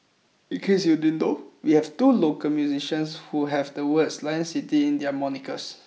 in case you didn't know we have two local musicians who have the words 'Lion City' in their monikers